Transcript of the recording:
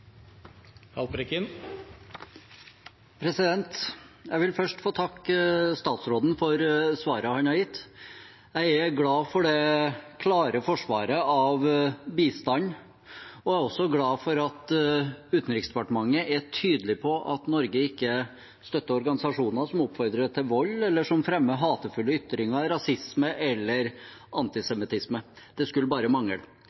glad for det klare forsvaret av bistanden, og jeg er også glad for at Utenriksdepartementet er tydelig på at Norge ikke støtter organisasjoner som oppfordrer til vold eller fremmer hatefulle ytringer, rasisme eller antisemittisme. Det skulle bare mangle.